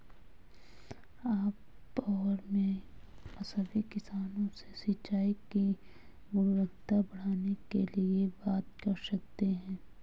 आप और मैं सभी किसानों से सिंचाई की गुणवत्ता बढ़ाने के लिए बात कर सकते हैं